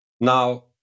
Now